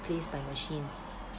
replaced by machines